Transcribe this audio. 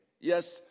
Yes